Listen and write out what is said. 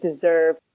deserve